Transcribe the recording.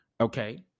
Okay